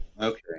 okay